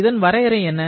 இதன் வரையறை என்ன